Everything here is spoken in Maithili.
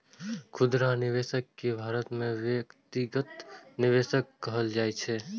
खुदरा निवेशक कें भारत मे व्यक्तिगत निवेशक कहल जाइ छै